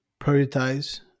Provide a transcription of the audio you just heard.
prioritize